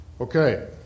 Okay